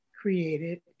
created